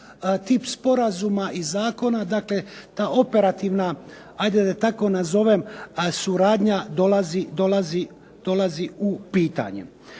tip sporazuma i zakona dakle ta operativna, ajde da tako nazovem suradnja dolazi u pitanje.